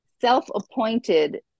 self-appointed